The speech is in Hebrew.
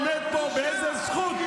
אתה עומד פה, באיזו זכות?